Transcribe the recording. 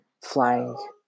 flying